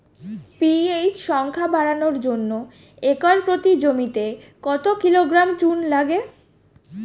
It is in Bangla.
পি.এইচ সংখ্যা বাড়ানোর জন্য একর প্রতি জমিতে কত কিলোগ্রাম চুন লাগে?